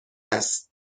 است